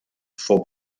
fou